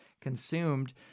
consumed